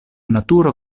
naturo